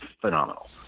phenomenal